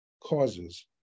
causes